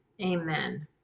amen